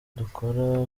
dukora